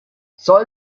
soll